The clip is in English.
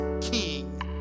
king